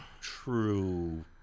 true